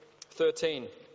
13